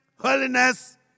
holiness